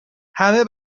همه